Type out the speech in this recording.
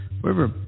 wherever